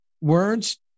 words